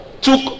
took